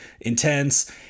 intense